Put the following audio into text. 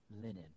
linen